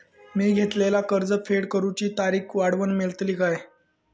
मी घेतलाला कर्ज फेड करूची तारिक वाढवन मेलतली काय?